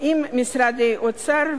עם משרדי האוצר,